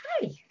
hi